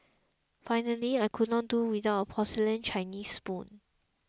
finally I could not do without a porcelain Chinese spoon